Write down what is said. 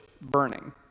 burning